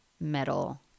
metal